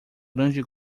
grande